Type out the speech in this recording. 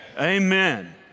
Amen